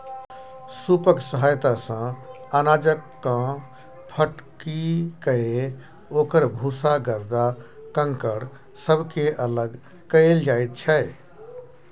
सूपक सहायता सँ अनाजकेँ फटकिकए ओकर भूसा गरदा कंकड़ सबके अलग कएल जाइत छै